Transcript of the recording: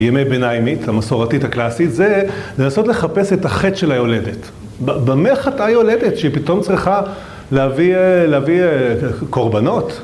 ימי ביניימית, המסורתית הקלאסית, זה לנסות לחפש את החטא של היולדת. במיך אתה יולדת, שהיא פתאום צריכה להביא קורבנות?